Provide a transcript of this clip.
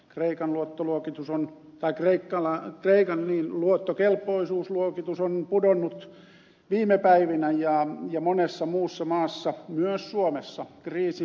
kreikan luottoluokitus on vaikeita alaa veikan luottokelpoisuusluokitus on pudonnut viime päivinä ja monessa muussa maassa myös suomessa kriisi syvenee